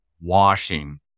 washing